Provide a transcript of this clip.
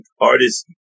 Artists